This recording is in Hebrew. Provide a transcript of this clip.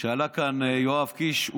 כשעלה כאן יואב קיש,